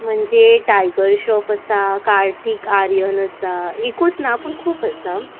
म्हणजे टायगर श्रॉफ आसा कार्तीक आर्यन आसा एकूच ना पूण खूब आसा